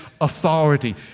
authority